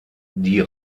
die